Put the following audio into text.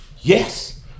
yes